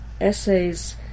essays